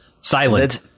Silent